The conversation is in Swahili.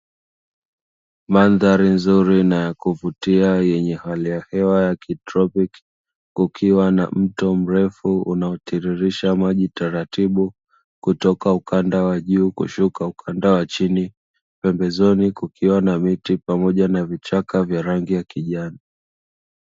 Mandhari nzuri na yakuvutia yenye hali ya hewa ya kitropiki, kukiwa na mto mrefu unaotiririsha maji taratibu kutoka ukanda wa juu kushuka ukanda wa chini, pembezoni kukiwa na miti pamoja na vichaka vya rangi ya kijani.